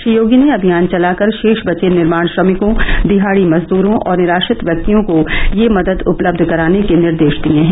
श्री योगी ने अमियान चलाकर शेष बचे निर्माण श्रमिकों दिहाड़ी मजदूरों और निराश्रित व्यक्तियों को यह मदद उपलब्ध कराने के निर्देश दिए हैं